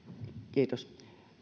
kiitos